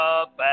up